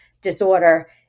disorder